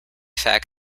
fact